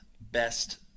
best